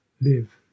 live